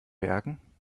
bergen